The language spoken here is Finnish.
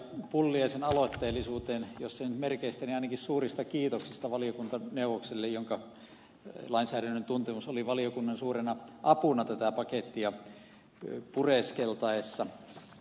pulliaisen aloitteellisuuteen jos ei nyt merkeistä niin ainakin suurista kiitoksista valiokuntaneuvokselle jonka lainsäädännön tuntemus oli valiokunnan suurena apuna tätä pakettia pureskeltaessa